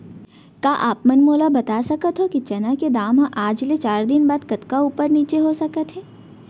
का आप मन मोला बता सकथव कि चना के दाम हा आज ले चार दिन बाद कतका ऊपर नीचे हो सकथे?